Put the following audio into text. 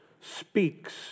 speaks